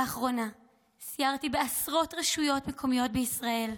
לאחרונה סיירתי בעשרות רשויות מקומיות בישראל.